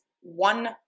one